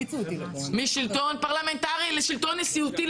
-- משלטון פרלמנטרי לשלטון נשיאותי,